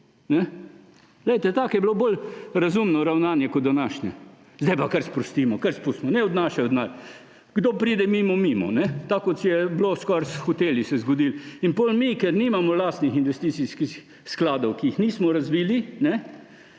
tako je bilo bolj razumno ravnanje kot današnje. Sedaj pa kar spustimo, kar spustimo, naj odnašajo denar! Kdo pride mimo – mimo, tako kot se je skoraj s hoteli zgodilo. In potem mi, ker nimamo lastnih investicijskih skladov, ki jih nismo razvili,